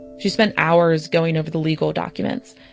she spent hours going over the legal documents.